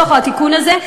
בתוך התיקון הזה,